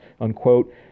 unquote